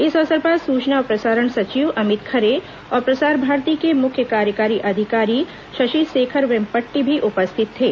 इस अवसर पर सूचना और प्रसारण सचिव अमित खरे और प्रसार भारती के मुख्य कार्यकारी अधिकारी शशि शेखर वेम्पटि भी उपस्थित थे